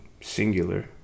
singular